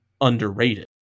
underrated